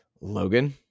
logan